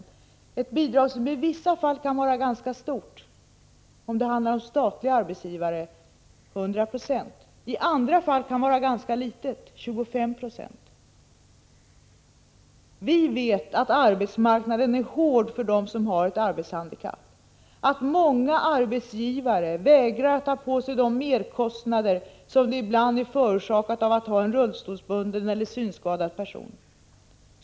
Det bidraget kan i vissa fall vara ganska stort — 100 96 om det är fråga om arbetsgivare inom statlig verksamhet — och i andra fall ganska litet, 25 90. Vi vet att arbetsmarknaden är hård för dem som har ett arbetshandikapp, att många arbetsgivare vägrar att ta på sig de merkostnader som kan uppstå när företaget anställer en rullstolsbunden eller synskadad person.